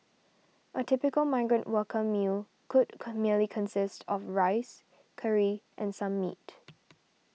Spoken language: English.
a typical migrant worker meal could come merely consist of rice curry and some meat